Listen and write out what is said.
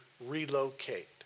relocate